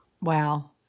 Wow